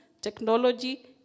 Technology